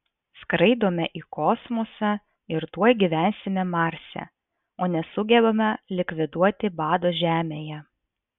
skraidome į kosmosą ir tuoj gyvensime marse o nesugebame likviduoti bado žemėje